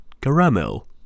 caramel